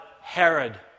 Herod